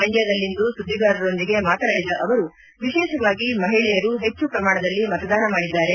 ಮಂಡ್ಕದಲ್ಲಿಂದು ಸುದ್ದಿಗಾರರೊಂದಿಗೆ ಮಾತನಾಡಿದ ಅವರು ವಿಶೇಷವಾಗಿ ಮಹಿಳೆಯರು ಹೆಚ್ಚು ಪ್ರಮಾಣದಲ್ಲಿ ಮತದಾನ ಮಾಡಿದ್ದಾರೆ